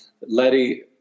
Letty